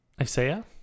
Isaiah